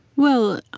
well,